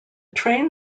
train